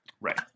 Right